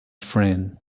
friend